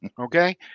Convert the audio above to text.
Okay